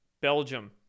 Belgium